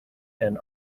and